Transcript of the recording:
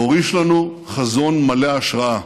הוריש לנו חזון מלא השראה.